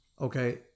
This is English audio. Okay